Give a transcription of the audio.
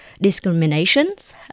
discriminations